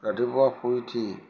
ৰাতিপুৱা শুই উঠি